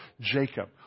Jacob